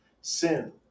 sin